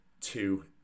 two